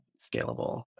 scalable